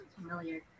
familiar